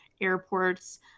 airports